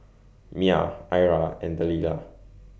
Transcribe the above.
Myah Ira and Delilah